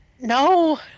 No